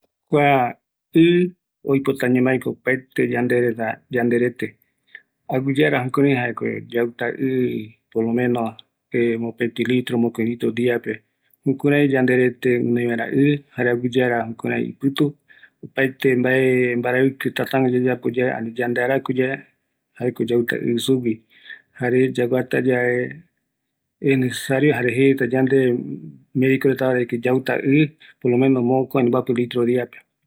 Kuako ikavigueva, ɨ ko yauta jetarupi, aguiyeara yanderetepe ɨ oata, yauta ndaye ɨ mokoi, mboapi litros arape, jayave ngra oata ɨ yanderete pe, ɨ ko oyoevi yanderugui